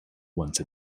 once